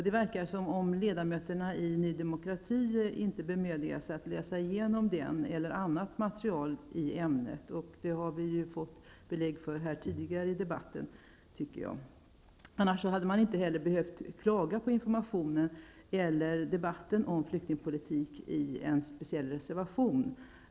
Det verkar som om ledamöterna i Ny demokrati inte har bemödat sig att läsa igenom den eller annat material i i ämnet -- det har vi fått belägg för tidigare i debatten -- annars hade de inte behövt klaga på informationen eller debatten om flyktingpolitiken i en särskild reservation.